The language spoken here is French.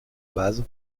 base